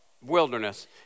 wilderness